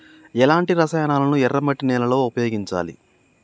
ఎలాంటి రసాయనాలను ఎర్ర మట్టి నేల లో ఉపయోగించాలి?